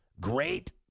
Great